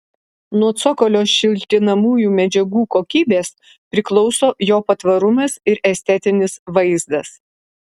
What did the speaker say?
nuo cokolio šiltinamųjų medžiagų kokybės priklauso jo patvarumas ir estetinis vaizdas